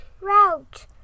Route